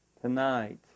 Tonight